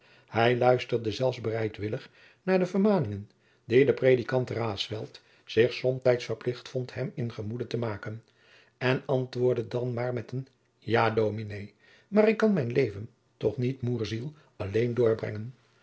hij luisterde zelfs bereidwillig naar de vermaningen die de predikant raesfelt zich somtijds verplicht vond hem in gemoede te maken en antwoordde dan maar met een ja dominé maar ik kan mijn leven toch niet moêrziel alleen doorbrengen